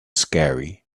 scary